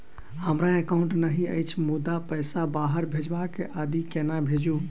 हमरा एकाउन्ट नहि अछि मुदा पैसा बाहर भेजबाक आदि केना भेजू?